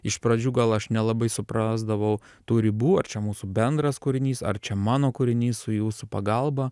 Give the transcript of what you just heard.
iš pradžių gal aš nelabai suprasdavau tų ribų ar čia mūsų bendras kūrinys ar čia mano kūrinys su jūsų pagalba